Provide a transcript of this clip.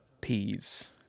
peas